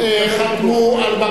אבל,